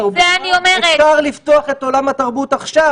אפשר לפתוח את עולם התרבות עכשיו.